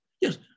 yes